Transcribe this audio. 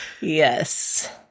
Yes